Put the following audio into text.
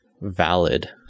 valid